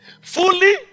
fully